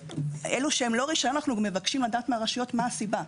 אלה שהם ללא רישיון אנחנו מבקשים לדעת מהרשויות מהי הסיבה.